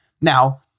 Now